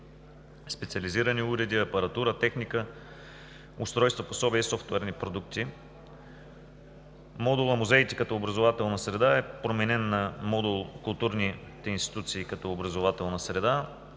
специализирани уреди, апаратура, техника, устройства, пособия и софтуерни продукти. Модул на музеите като образователна среда е променен модул „Културните институции като образователна среда“.